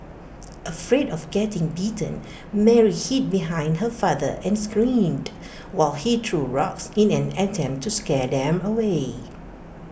afraid of getting bitten Mary hid behind her father and screamed while he threw rocks in an attempt to scare them away